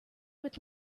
with